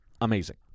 amazing